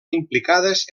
implicades